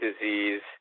disease